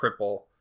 cripple